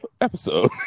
episode